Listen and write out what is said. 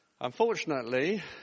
Unfortunately